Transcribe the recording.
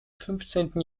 fünfzehnten